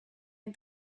and